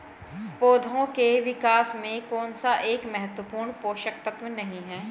पौधों के विकास में कौन सा एक महत्वपूर्ण पोषक तत्व नहीं है?